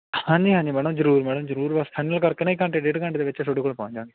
ਹਾਂਜੀ ਹਾਂਜੀ ਮੈਡਮ ਜ਼ਰੂਰ ਮੈਡਮ ਜ਼ਰੂਰ ਬਸ ਫਾਈਨਲ ਕਰਕੇ ਨਾ ਘੰਟੇ ਡੇਢ ਘੰਟੇ ਦੇ ਵਿੱਚ ਤੁਹਾਡੇ ਕੋਲ ਪਹੁੰਚ ਜਾਵਾਂਗੇ